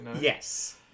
Yes